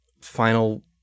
final